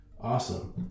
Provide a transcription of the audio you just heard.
awesome